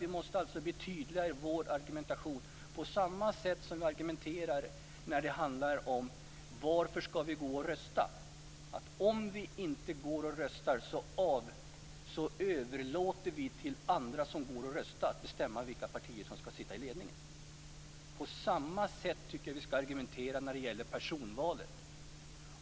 Vi måste alltså bli tydligare i vår argumentation, på samma sätt som vi argumenterar när det handlar om varför vi skall gå och rösta. Om vi inte går och röstar överlåter vi nämligen till andra, som går och röstar, att bestämma vilka partier som skall sitta i ledningen. På samma sätt skall vi argumentera när det gäller personvalet.